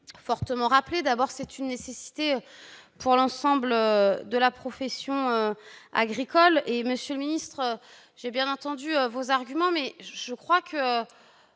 largement rappelé, leur vote est une nécessité pour l'ensemble de la profession agricole. Monsieur le ministre, j'ai bien entendu vos arguments, mais, quel que